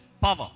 power